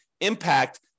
impact